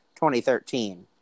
2013